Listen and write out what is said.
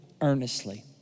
earnestly